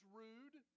rude